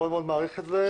אני מאוד מאוד מעריך את זה.